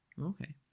Okay